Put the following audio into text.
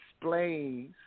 explains